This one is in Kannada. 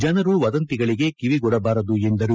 ಜನರು ವದಂತಿಗಳಿಗೆ ಕಿವಿಗೊಡಬಾರದು ಎಂದರು